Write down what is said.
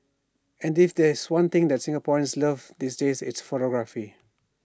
and if there's one thing Singaporeans love these days it's photography